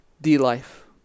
D-life